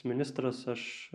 ministras aš